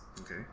Okay